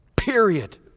Period